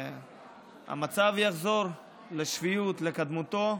בהמוניהם ושהמצב יחזור לשפיות, לקדמותו.